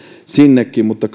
sinnekin mutta